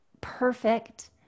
perfect